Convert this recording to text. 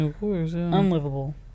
unlivable